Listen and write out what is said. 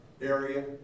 area